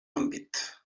àmbit